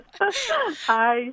Hi